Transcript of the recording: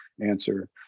answer